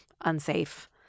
unsafe